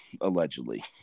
allegedly